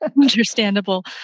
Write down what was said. Understandable